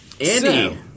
Andy